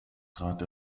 trat